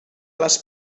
les